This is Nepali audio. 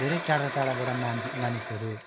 धेरै टाडा टाडाबाट मान्छे मानिसहरू